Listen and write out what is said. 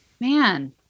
man